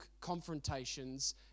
confrontations